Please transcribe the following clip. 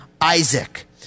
Isaac